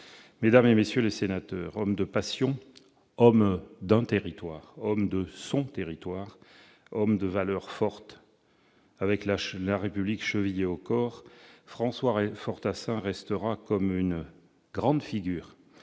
mesdames, messieurs les sénateurs, homme de passions, homme d'un territoire, homme de son territoire, homme de valeurs fortes, avec la République chevillée au corps, François Fortassin restera une grande figure